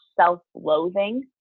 self-loathing